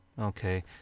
Okay